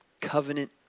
covenant